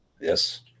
Yes